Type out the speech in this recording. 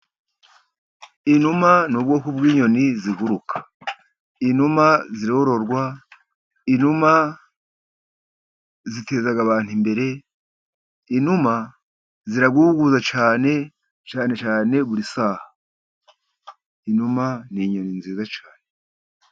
Inuma ni ubwoko bw'inyoni ziguruka. Inuma zirororwa, inuma ziteza abantu imbere, inuma ziraguguza cyane, cyane cyane buri saha. Inuma ni inyoni nziza cyane.